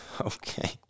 okay